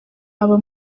aba